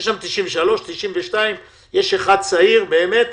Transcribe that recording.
יש שם בן 93, 92. יש אחד צעיר באמת